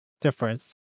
difference